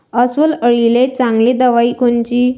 अस्वल अळीले चांगली दवाई कोनची?